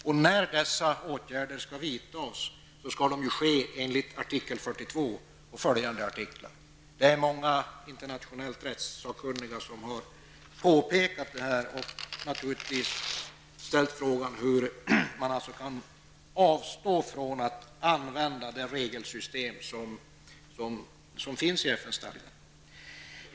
Och när dessa åtgärder skall vidtas, skall det ju ske enligt artikel 42 och följande artiklar. Det är många internationellt rättssakkunniga som har påpekat detta och ställt frågan hur man kan avstå från att använda det regelsystem som finns i FN-stadgan.